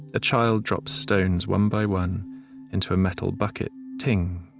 a child drops stones one by one into a metal bucket, ting,